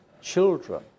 children